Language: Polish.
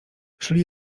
szli